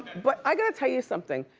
but i gotta tell you something.